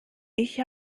ich